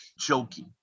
jokey